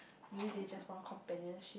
really they just want companionship